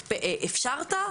הפשרת,